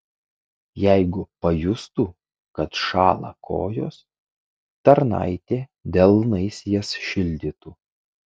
jeigu pajustų kad šąla kojos tarnaitė delnais jas šildytų